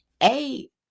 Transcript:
Eight